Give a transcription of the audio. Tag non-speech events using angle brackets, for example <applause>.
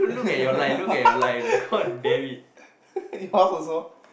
<laughs> yours also